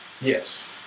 Yes